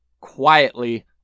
quietly